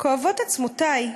כואבות עצמותי,